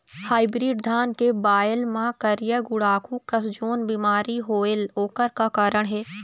Hybrid धान के बायेल मां करिया गुड़ाखू कस जोन बीमारी होएल ओकर का कारण हे?